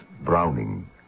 Browning